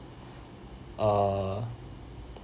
uh